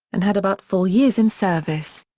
and had about four years in service.